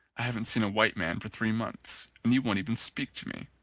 i haven't seen a white man for three months and you won't even speak to me.